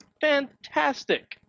fantastic